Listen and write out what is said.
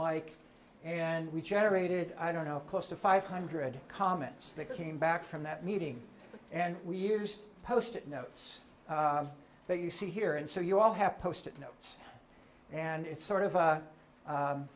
like and we generated i don't know close to five hundred comments that came back from that meeting and we're just post it notes that you see here and so you all have posted notes and it's sort of